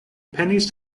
penis